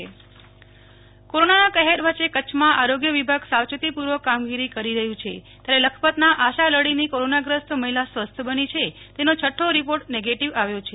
Nehal Thakkar Kutch corona કોરોનાના કહેર વચ્ચે કચ્છમાં આરોગ્ય વિભાગ સાવચેતી પૂર્વક કામગીરી કરી રહ્યું છે ત્યારે લખપતના આશલડીની કોરોનાગ્રસ્ત મહિલા સ્વસ્થ બની છે તેનો રીપોર્ટ નેગેટીવ આવ્યો છે